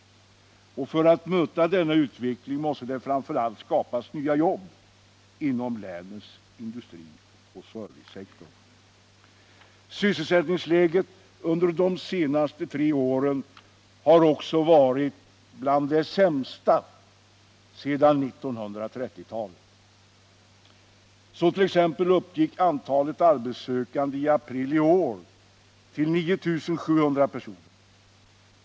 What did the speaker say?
För att möta denna utveckling måste det framför allt skapas nya jobb inom länets industrioch servicesektorer. Sysselsättningsläget under de senaste tre åren har också varit bland de sämsta sedan 1930-talet. Så t.ex. uppgick antalet arbetssökande i april i år till 9 700 personer.